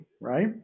right